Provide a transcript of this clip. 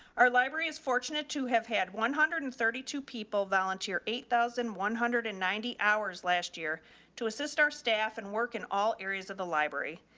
our library is fortunate to have had one hundred and thirty two people volunteer eight thousand one hundred and ninety hours last year to assist our staff and work in all areas of the library,